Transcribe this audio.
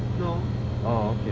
no oh,